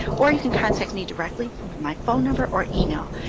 or you can contact me directly from my phone number or email.